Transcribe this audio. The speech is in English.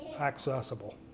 accessible